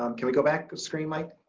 um can we go back a screen mike?